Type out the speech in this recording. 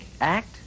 act